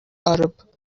arab